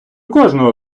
кожного